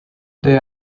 they